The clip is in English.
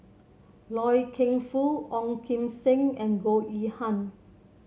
Loy Keng Foo Ong Kim Seng and Goh Yihan